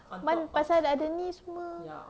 pasal ada ni semua